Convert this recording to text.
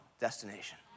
destination